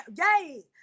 yay